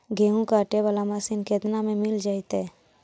गेहूं काटे बाला मशीन केतना में मिल जइतै?